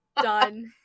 Done